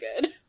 good